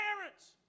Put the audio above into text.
parents